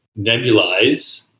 nebulize